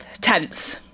Tense